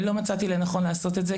אני לא מצאתי לנכון לעשות את זה,